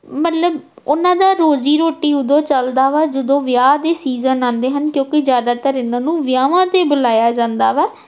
ਮਤਲਬ ਉਹਨਾਂ ਦਾ ਰੋਜ਼ੀ ਰੋਟੀ ਉਦੋਂ ਚੱਲਦਾ ਵਾ ਜਦੋਂ ਵਿਆਹ ਦੇ ਸੀਜ਼ਨ ਆਉਂਦੇ ਹਨ ਕਿਉਂਕਿ ਜ਼ਿਆਦਾਤਰ ਇਹਨਾਂ ਨੂੰ ਵਿਆਹਾਂ 'ਤੇ ਬੁਲਾਇਆ ਜਾਂਦਾ ਵਾ